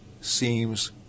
seems